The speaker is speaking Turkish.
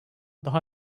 daha